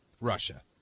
Russia